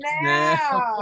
Now